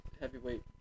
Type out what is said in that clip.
heavyweight